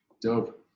dope